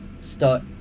start